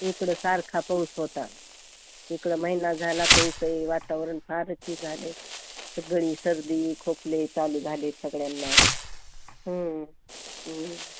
इकडं सारखा पाऊस होता इकडं महिना झाला पाऊस आहे वातावरण फारची झाले सगळी सर्दी खोकले चालू झाले सगळ्यांना